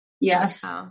Yes